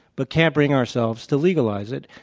but can't bring ourselves to legalize it,